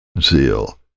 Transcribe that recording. zeal